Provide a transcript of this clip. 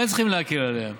כן צריכים להקל עליהם.